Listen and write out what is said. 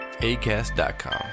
ACAST.com